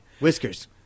Whiskers